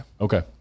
Okay